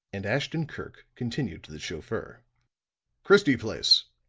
and ashton-kirk continued to the chauffeur christie place.